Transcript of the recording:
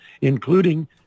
including